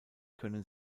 können